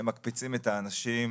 הם מקפיצים את האנשים.